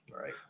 Right